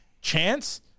chance